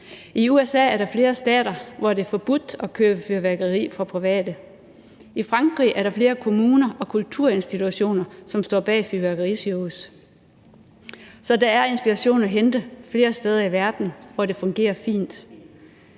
I USA er der flere stater, hvor det er forbudt at købe fyrværkeri for private. I Frankrig er der flere kommuner og kulturinstitutioner, som står bag fyrværkerishows. Så der er inspiration at hente flere steder i verden, hvor det fungerer fint.